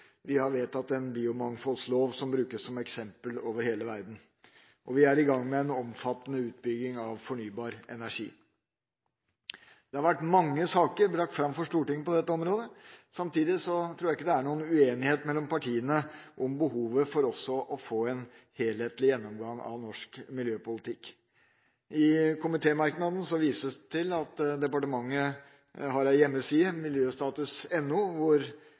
vi har vedtatt en biomangfoldslov som brukes som eksempel over hele verden, og vi er i gang med en omfattende utbygging av fornybar energi. Det har vært brakt fram mange saker for Stortinget på dette området. Samtidig tror jeg ikke det er noen uenighet mellom partiene om behovet for også å få en helhetlig gjennomgang av norsk miljøpolitikk. I komitémerknaden vises det til at departementet har en hjemmeside,